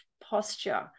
posture